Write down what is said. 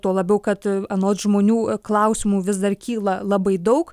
tuo labiau kad anot žmonių klausimų vis dar kyla labai daug